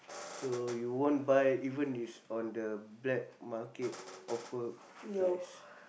so you won't buy even it's on the black market offer price